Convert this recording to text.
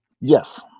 Yes